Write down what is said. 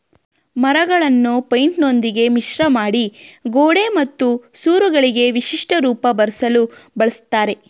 ಮರಳನ್ನು ಪೈಂಟಿನೊಂದಿಗೆ ಮಿಶ್ರಮಾಡಿ ಗೋಡೆ ಮತ್ತು ಸೂರುಗಳಿಗೆ ವಿಶಿಷ್ಟ ರೂಪ ಬರ್ಸಲು ಬಳುಸ್ತರೆ